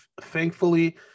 Thankfully